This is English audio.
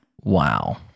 Wow